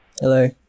Hello